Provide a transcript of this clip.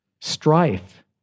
strife